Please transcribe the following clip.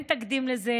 אין תקדים לזה,